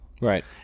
Right